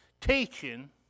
teaching